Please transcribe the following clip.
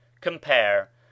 Compare